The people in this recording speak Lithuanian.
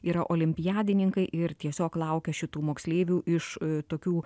yra olimpiadininkai ir tiesiog laukia šitų moksleivių iš tokių